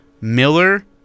Miller